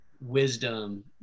wisdom